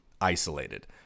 isolated